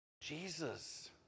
Jesus